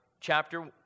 chapter